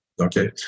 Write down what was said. Okay